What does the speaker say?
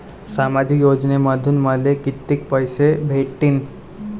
सामाजिक योजनेमंधून मले कितीक पैसे भेटतीनं?